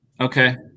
Okay